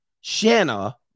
Shanna